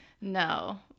No